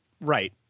right